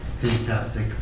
fantastic